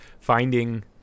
finding